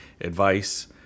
advice